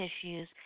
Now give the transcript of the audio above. issues